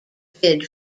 bid